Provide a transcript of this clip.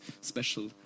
special